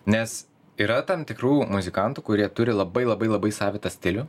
nes yra tam tikrų muzikantų kurie turi labai labai labai savitą stilių